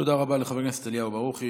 תודה רבה לחבר הכנסת אליהו ברוכי.